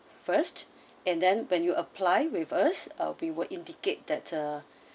first and then when you apply with us ah we will indicate that uh